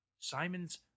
Simon's